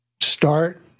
start